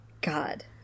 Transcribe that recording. God